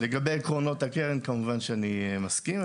לגבי עקרונות הקרן, כמובן שאני מסכים.